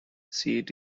seat